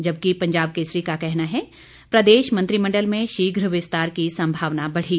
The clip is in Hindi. जबकि पंजाब केसरी का कहना है प्रदेश मंत्रिमंडल में शीघ विस्तार की संभावना बढ़ी